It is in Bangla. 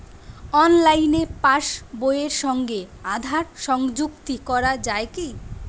অনলাইনে পাশ বইয়ের সঙ্গে আধার সংযুক্তি করা যায় কি?